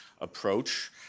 approach